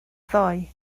ddoe